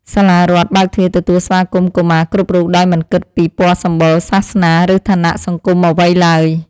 សាលារដ្ឋបើកទ្វារទទួលស្វាគមន៍កុមារគ្រប់រូបដោយមិនគិតពីពណ៌សម្បុរ សាសនា ឬឋានៈសង្គមអ្វីឡើយ។